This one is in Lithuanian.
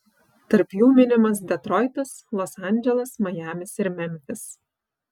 tarp jų minimas detroitas los andželas majamis ir memfis